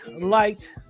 liked